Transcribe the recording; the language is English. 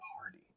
party